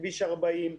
לכביש 40,